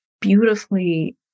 beautifully